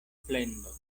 plendo